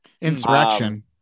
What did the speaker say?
Insurrection